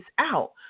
out